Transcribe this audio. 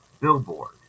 billboard